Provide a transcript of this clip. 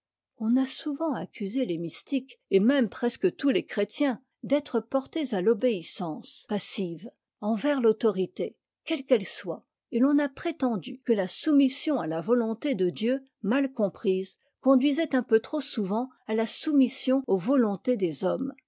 on a souvent accusé les mystiques et même presque tous les chrétiens d'être portés à t'obéissance passive envers l'autorité quelle qu'elle soit et l'on a prétendu que la soumission à la volonté de dieu mal comprise conduisait un peu trop souvent à la soumission aux volontés des hommes